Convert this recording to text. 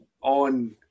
on